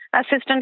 assistant